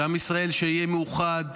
שעם ישראל יהיה מאוחד,